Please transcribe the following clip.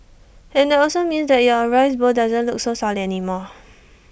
and that also means that your rice bowl doesn't look so solid anymore